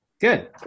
Good